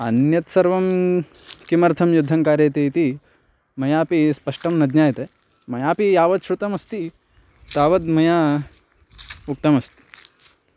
अन्यत् सर्वं किमर्थं युद्धं कार्यते इति मयापि स्पष्टं न ज्ञायते मयापि यावत् श्रुतमस्ति तावद् मया उक्तमस्ति